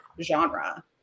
genre